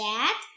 Dad